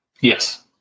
Yes